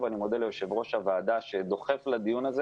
אני מודה ליושב-ראש הוועדה שדוחף לדיון הזה